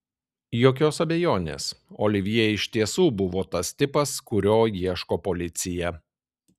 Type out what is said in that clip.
jokios abejonės olivjė iš tiesų buvo tas tipas kurio ieško policija